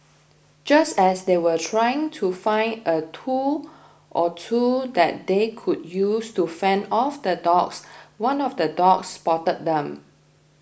just as they were trying to find a tool or two that they could use to fend off the dogs one of the dogs spotted them